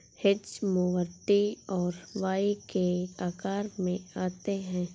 hedge mower T और Y के आकार में आते हैं